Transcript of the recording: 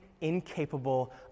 incapable